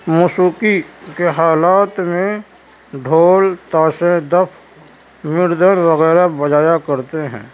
موسیقی کے حالات میں ڈھول تاشے دف مردل وغیرہ بجایا کرتے ہیں